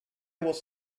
was